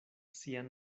sian